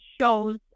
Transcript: shows